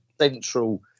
central